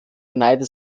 beneide